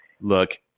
look